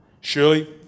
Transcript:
Surely